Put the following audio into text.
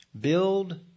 Build